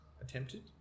attempted